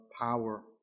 power